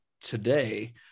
today